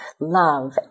love